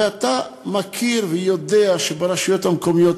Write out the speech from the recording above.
ואתה מכיר ויודע שברשויות המקומיות,